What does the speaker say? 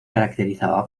caracterizaba